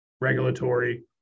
regulatory